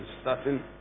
starting